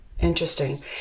Interesting